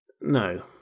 No